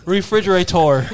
Refrigerator